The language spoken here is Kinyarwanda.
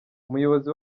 umuyobozi